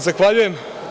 Zahvaljujem.